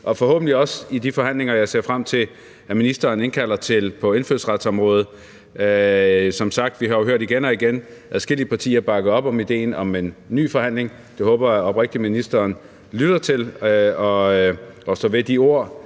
og forhåbentlig også i de forhandlinger, jeg ser frem til at ministeren indkalder til på indfødsretsområdet. Som sagt har vi jo igen og igen hørt adskillige partier bakke op om ideen om en ny forhandling. Det håber jeg oprigtig at ministeren lytter til, og jeg håber,